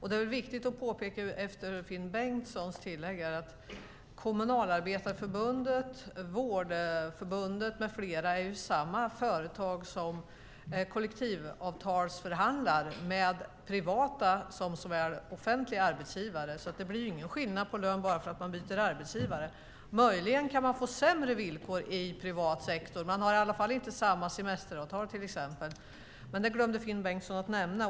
Efter Finn Bengtssons tillägg är det viktigt att påpeka att Kommunalarbetarförbundet, Vårdförbundet med flera är de förbund som kollektivavtalsförhandlar med såväl privata som offentliga arbetsgivare. Det blir ingen skillnad i lönen bara för att de byter arbetsgivare. Möjligen kan de få sämre villkor i privat sektor. De har i alla fall inte samma semesteravtal, men det glömde Finn Bengtsson att nämna.